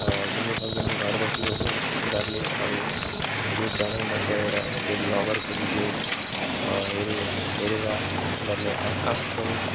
घुम्नु सक्दैनन् घर बसिबसि उनीहरूले अब त्यो च्यानलमा गएर होइन त्यो भ्लगरको भिडियोज हरू हेरेर उनीहरूले आ आफू पनि